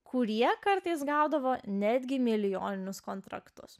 kurie kartais gaudavo netgi milijoninius kontraktus